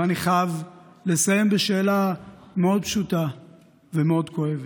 ואני חייב לסיים בשאלה מאוד פשוטה ומאוד כואבת: